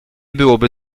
byłoby